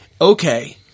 okay –